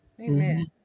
Amen